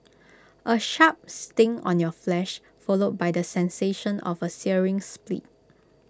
A sharp sting on your flesh followed by the sensation of A searing split